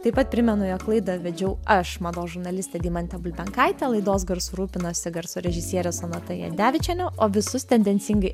taip pat primenu jog laidą vedžiau aš mados žurnalistė deimantė bulbenkaitė laidos garsu rūpinosi garso režisierė sonata jadevičienė o visus tendencingai